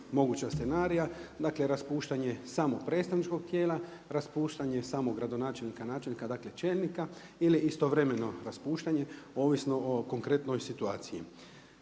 moguća scenarija, dakle raspuštanje samo predstavničkog tijela, raspuštanje samo gradonačelnika, načelnika, dakle čelnika, ili istovremeno raspuštanje ovisno o konkretnoj situaciji.